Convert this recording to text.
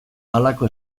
halako